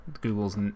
Google's